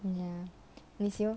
ya you